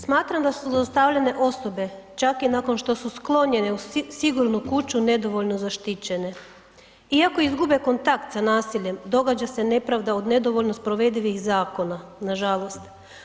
Smatram da su zlostavljane osobe čak i nakon što su sklonjene u sigurnu kuću nedovoljno zaštićene iako izgube kontakt sa nasiljem događa se nepravda od nedovoljno sprovedivih zakona, nažalost.